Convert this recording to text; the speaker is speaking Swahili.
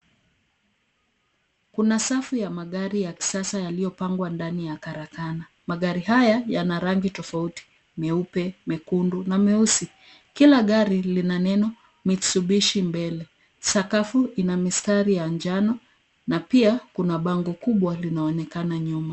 Kuna safu ya magari ya kisasa yaliyopangwa ndani ya karakana. Magari haya yana rangi tofauti; meupe, mekundu na meusi. Kila gari lina neno Mitsubishi mbele. Sakafu ina mistari ya njano na pia kuna bango kubwa linaonekana nyuma.